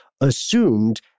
assumed